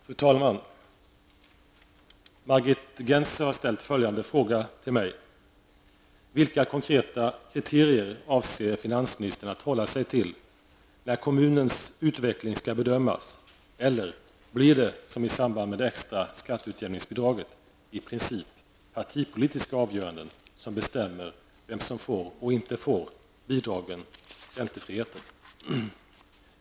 Fru talman! Margit Gennser har ställt följande fråga till mig: Vilka konkreta kriterier avser finansministern att hålla sig till, när kommunens utveckling skall bedömas, eller blir det som i samband med det extra skatteutjämningsbidraget i princip partipolitiska avgöranden som bestämmer vem som får och inte får bidragen/räntefriheten?